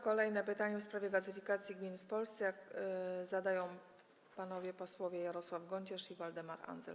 Kolejne pytanie, w sprawie gazyfikacji gmin w Polsce, zadają panowie posłowie Jarosław Gonciarz i Waldemar Andzel.